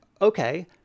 okay